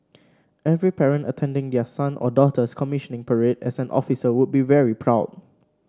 every parent attending their son or daughter's commissioning parade as an officer would be very proud